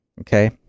Okay